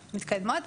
מתקדמות.